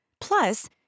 Plus